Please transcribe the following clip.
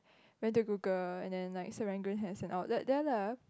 where to Google and then like Serangoon has the outlet there lah